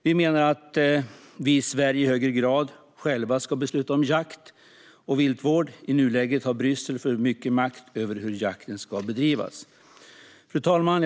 Vi menar att vi i Sverige i högre grad själva ska besluta om jakt och viltvård. I nuläget har Bryssel för mycket makt över hur jakten ska bedrivas. Fru talman!